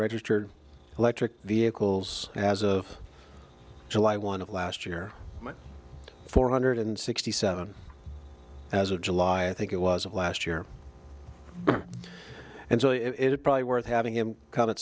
registered electric vehicles as of july one of last year four hundred and sixty seven as of july i think it was of last year and so it is probably worth having him cut